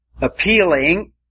appealing